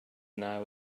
now